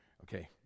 Okay